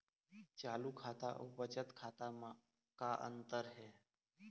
चालू खाता अउ बचत खाता म का अंतर हे?